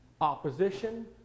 Opposition